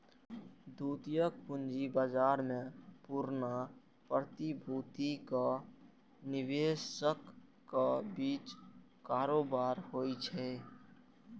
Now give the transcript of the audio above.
द्वितीयक पूंजी बाजार मे पुरना प्रतिभूतिक निवेशकक बीच कारोबार होइ छै